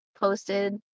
posted